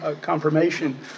confirmation